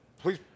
Please